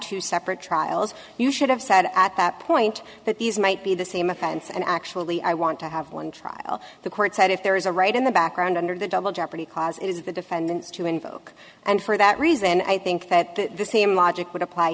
two separate trials you should have said at that point that these might be the same offense and actually i want to have one trial the court said if there is a right in the background under the double jeopardy clause it is the defendants to invoke and for that reason i think that the same logic would apply